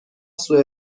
سوء